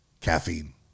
caffeine